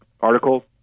article